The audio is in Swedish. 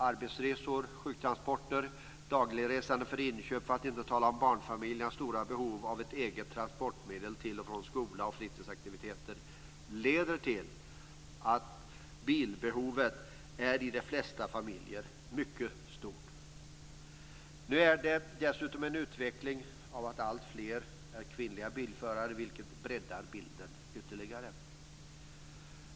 Arbetsresor, sjuktransporter, dagligresande för inköp, för att inte tala om barnfamiljernas stora behov av ett eget transportmedel till och från skola och fritidsaktiviteter leder till att bilbehovet i de flesta familjer är mycket stort. Nu är utvecklingen dessutom sådan att alltfler bilförare är kvinnor, vilket breddar bilden ytterligare.